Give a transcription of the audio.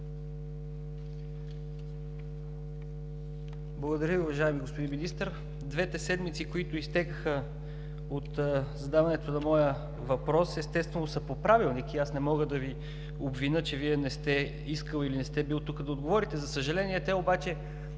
Благодаря Ви, уважаеми господин Министър. Двете седмици, които изтекоха от задаването на моя въпрос, естествено, са по Правилник и аз не мога да Ви обвиня, че Вие не сте искал, или не сте бил тук да отговорите. За съжаление, това